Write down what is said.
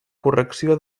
correcció